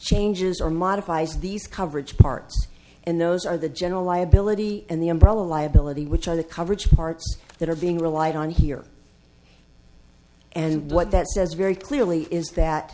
changes or modifies these coverage parts and those are the general liability and the umbrella liability which are the coverage parts that are being relied on here and what that says very clearly is that